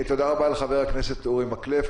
תודה רבה לחבר הכנסת אורי מקלב.